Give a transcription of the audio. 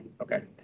Okay